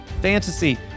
fantasy